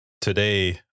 today